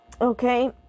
okay